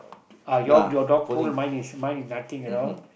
uh your your dog poo mine is mine is nothing at all